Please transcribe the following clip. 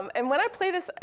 um and when i play this,